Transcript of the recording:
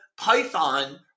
python